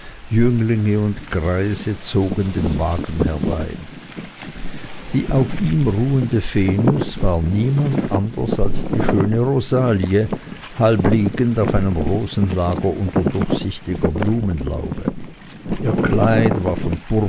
jünglinge und greise zogen den wagen herbei die auf ihm ruhende venus war niemand anders als die schöne rosalie halb liegend auf einem rosenlager unter durchsichtiger blumenlaube ihr kleid war von